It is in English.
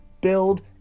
build